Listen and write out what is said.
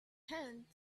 hand